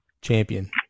champion